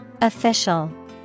Official